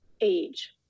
age